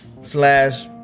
slash